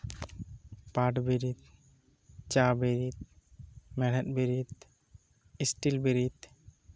ᱯᱟᱴ ᱵᱮᱨᱤᱫ ᱪᱟ ᱵᱮᱨᱤᱫ ᱢᱮᱬᱦᱮᱫᱽ ᱵᱮᱨᱤᱫ ᱥᱴᱤᱞ ᱵᱮᱨᱤᱫ